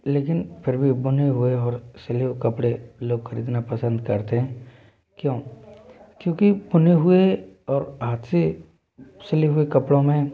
लेकिन फिर भी बुने हुए और सिले कपड़े लोग खरीदना पसंद करते हैं क्यों क्योंकि बुने हुए और हाँथ से सिले हुए कपड़ों में